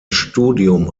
studium